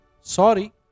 Sorry